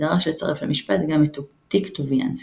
ודרש לצרף למשפט גם את "תיק טוביאנסקי".